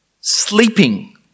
sleeping